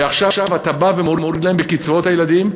ועכשיו אתה בא ומוריד להם בקצבאות הילדים?